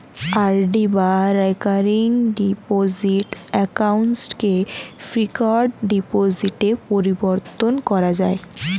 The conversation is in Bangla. আর.ডি বা রেকারিং ডিপোজিট অ্যাকাউন্টকে ফিক্সড ডিপোজিটে পরিবর্তন করা যায়